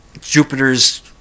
Jupiter's